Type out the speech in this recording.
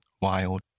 wild